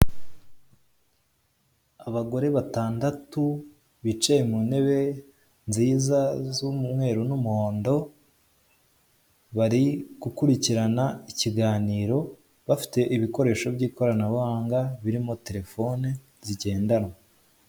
Abagore batandatu bicaye mu ntebe nziza z'umweru n'umuhondo barigukurikirana ikiganiro bafite ibikoresho by'ikoranabuhanga birimo telefoni zigendanwa.